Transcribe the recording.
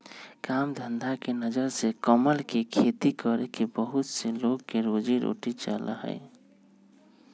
काम धंधा के नजर से कमल के खेती करके बहुत से लोग के रोजी रोटी चला हई